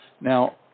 Now